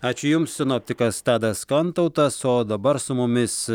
ačiū jums sinoptikas tadas kantautas o dabar su mumis